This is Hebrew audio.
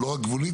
לא גבולית,